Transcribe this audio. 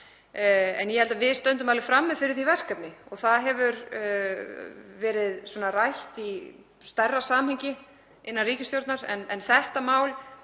Ég held að við stöndum alveg frammi fyrir slíku verkefni og það hefur verið rætt í stærra samhengi innan ríkisstjórnarinnar. En þetta mál